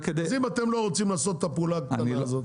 אם אתם לא רוצים לעשות את הפעולה הקטנה הזאת,